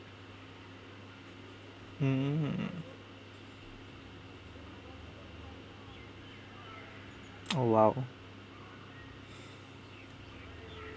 mmhmm hmm mm oh !wow!